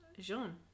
jean